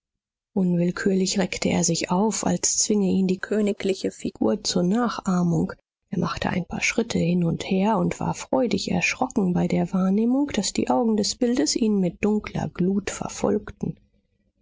unwillkürlich reckte er sich auf als zwinge ihn die königliche figur zur nachahmung er machte ein paar schritte hin und her und war freudig erschrocken bei der wahrnehmung daß die augen des bildes ihn mit dunkler glut verfolgten